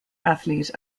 athlete